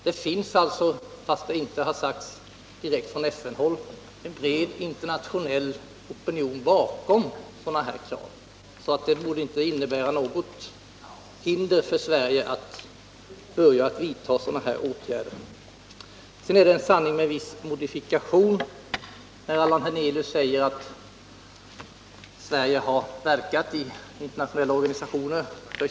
Det finns alltså, fastän det inte sagts på FN-håll, en bred internationell opinion bakom sådana här krav, så det borde inte föreligga några hinder för Sverige att vidta åtgärder av det här slaget. Sedan är det en sanning med en viss modifkation att, som herr Hernelius säger, Sverige har verkat för Chile i internationella organisationer.